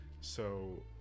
So-